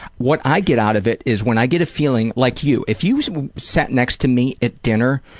what i get out of it is when i get a feeling, like you, if you sat next to me at dinner,